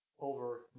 over